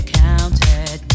counted